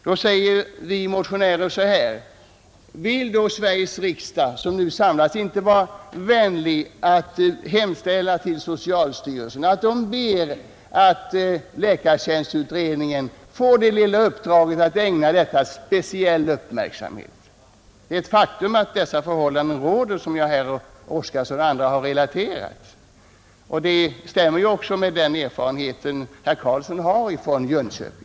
Då frågar vi motionärer: Vill inte Sveriges riksdag, som nu arbetar, hemställa till socialstyrelsen att den ser till att läkartjänstutredningen får uppdraget att ägna dessa frågor speciell uppmärksamhet? Det är ett faktum att de förhållanden råder som jag, herr Oskarson och andra här har relaterat. Det stämmer ju också med den erfarenhet som herr Karlsson har från Jönköping.